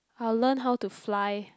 I'll learn how to fly